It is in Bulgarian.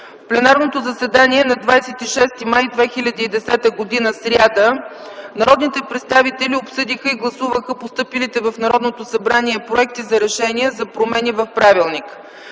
пленарното заседание на 26 май 2010 г. сряда, народните представители обсъдиха и гласуваха постъпилите в Народното събрание проекти за решения за промени в Правилника.